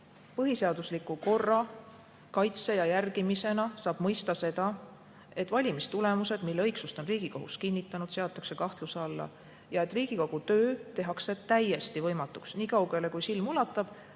põhiseadusliku korra kaitse ja järgimisena saab mõista seda, et valimistulemused, mille õigsust on Riigikohus kinnitanud, seatakse kahtluse alla ja et Riigikogu töö tehakse täiesti võimatuks: nii kaugele, kui silm ulatub,